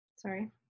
Sorry